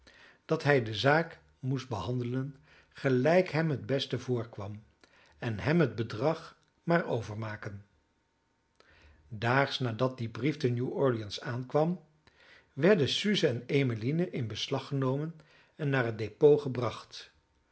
dat hij de zaak moest behandelen gelijk hem het beste voorkwam en hem het bedrag maar overmaken daags nadat die brief te new-orleans aankwam werden suze en emmeline in beslag genomen en naar het depôt gebracht